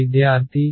విద్యార్థి E2